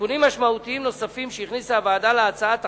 תיקונים משמעותיים נוספים שהכניסה הוועדה להצעת החוק: